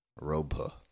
Roba